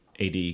AD